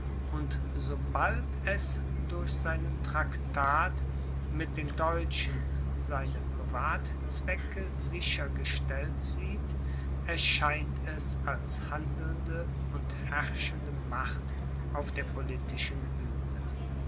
und sobald es durch seinen traktat mit den deutschen seine privatzwecke sicher gestellt sieht erscheint es als handelnde und herrschende macht auf der politischen bühne